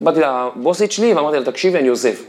באתי לבוסית שלי ואמרתי לה תקשיב ואני עוזב.